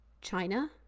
China